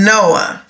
Noah